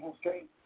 history